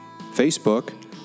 Facebook